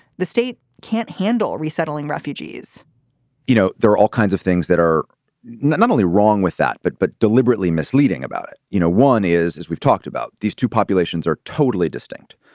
the state can't handle resettling refugees you know, there are all kinds of things that are not only wrong with that, but but deliberately misleading about it. you know, one is is we've talked about these two populations are totally distinct.